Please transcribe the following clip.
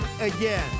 again